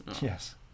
Yes